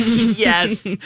Yes